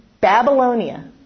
Babylonia